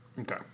Okay